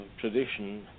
tradition